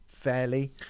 fairly